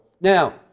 Now